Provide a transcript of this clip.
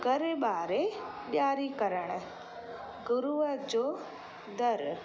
घर बारे ॾियारी करणु गुरूअ जो दरु